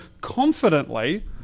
confidently